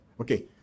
Okay